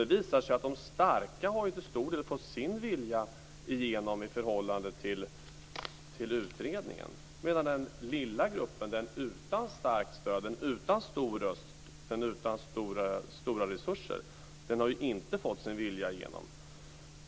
Det visar sig att de starka till stor del har fått sin vilja igenom i förhållande till utredningen, medan den lilla gruppen, den utan starkt stöd, utan stor röst och utan stora resurser, inte har fått sin vilja igenom.